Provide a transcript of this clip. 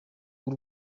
w’u